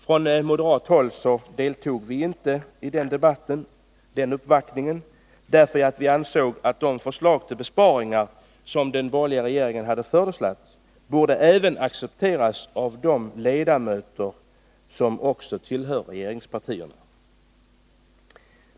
Från moderat håll deltog vi inte i uppvaktningen, därför att vi ansåg att de förslag till besparingar som den borgerliga regeringen lagt fram borde accepteras av de riksdagsledamöter som tillhör regeringspartierna.